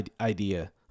idea